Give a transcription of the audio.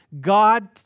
God